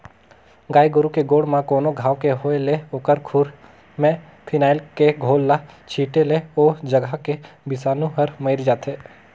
गाय गोरु के गोड़ म कोनो घांव के होय ले ओखर खूर में फिनाइल के घोल ल छींटे ले ओ जघा के बिसानु हर मइर जाथे